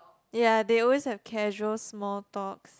ya they always have casual small talks